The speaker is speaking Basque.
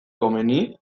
komeni